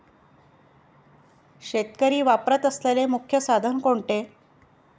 शेतकरी वापरत असलेले मुख्य साधन कोणते?